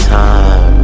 time